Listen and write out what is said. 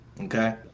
okay